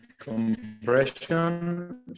Compression